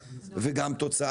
אין לנו סמכות